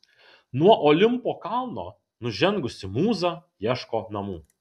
nuo olimpo kalno nužengusi mūza ieško namų